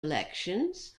elections